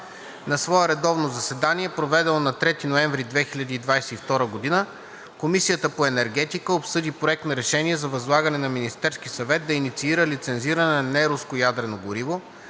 „На свое редовно заседание, проведено на 3 ноември 2022 г., Комисията по енергетика обсъди Проект на решение за възлагане на Министерския съвет да инициира лицензиране на неруско ядрено гориво,